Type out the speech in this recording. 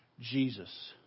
Jesus